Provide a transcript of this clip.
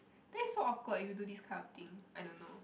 then is so awkward if you do this kind of thing I don't know